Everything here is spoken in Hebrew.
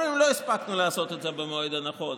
אומרים: לא הספקנו לעשות את זה במועד הנכון,